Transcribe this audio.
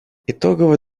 итоговый